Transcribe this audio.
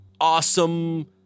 awesome